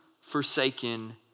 forsaken